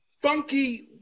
funky